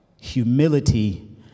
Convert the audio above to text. Humility